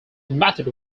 method